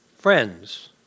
friends